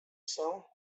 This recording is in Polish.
się